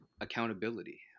accountability